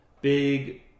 big